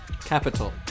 Capital